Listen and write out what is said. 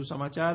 વધુ સમાયાર